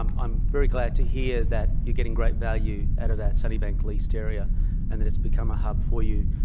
um i'm very glad to hear that you're getting great value out of our sunnybank leased area and that it's become a hub for you.